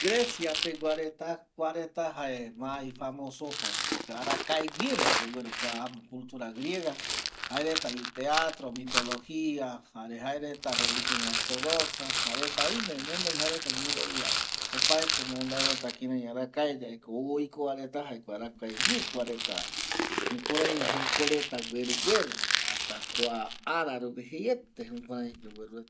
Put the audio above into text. Gracia pegua reta kuareta jae ma ifamoso esar arakaeguiema ou kua cultura griega jaereta iteatro mitologia jare jaereta ireligion ortodoxa jaereta oime guɨinoi jaereta guɨrovia opaete mbae mbae reta kirai arakaeyae ou oiko vareta jaeko arakae guie jokurai kuareta jekoreta guereu gueru hasta kua ara rupi jeiete jukurai yogueru reta